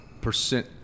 percent